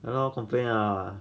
!hannor! complain liao lah